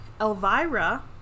Elvira